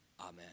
amen